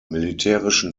militärischen